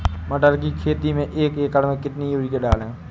मटर की खेती में एक एकड़ में कितनी यूरिया डालें?